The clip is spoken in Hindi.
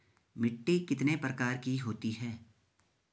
मिट्टी कितने प्रकार की होती है?